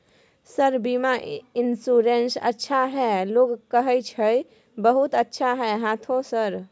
Sir बीमा insurance अच्छा है लोग कहै छै बहुत अच्छा है हाँथो सर?